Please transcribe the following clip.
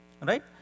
Right